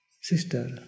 sister